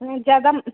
नहीं ज़्यादा